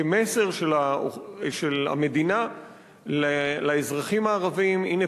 כמסר של המדינה לאזרחים הערבים: הנה